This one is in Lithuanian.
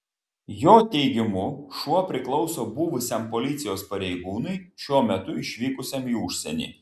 jo teigimu šuo priklauso buvusiam policijos pareigūnui šiuo metu išvykusiam į užsienį